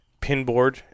Pinboard